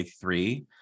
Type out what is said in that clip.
three